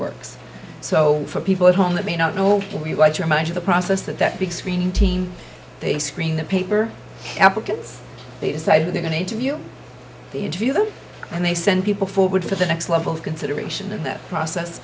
works so for people at home that may not know what you want your mind to the process that that big screen team they screen the paper applicants they decide who they're going to interview the interviewer and they send people forward for the next level of consideration of that process